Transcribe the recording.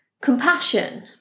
compassion